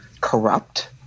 corrupt